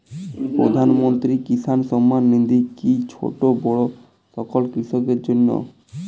প্রধানমন্ত্রী কিষান সম্মান নিধি কি ছোটো বড়ো সকল কৃষকের জন্য?